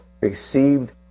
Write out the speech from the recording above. received